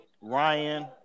Ryan